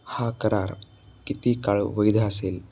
हा करार किती काळ वैध असेल